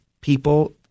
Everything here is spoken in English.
people